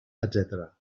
etcètera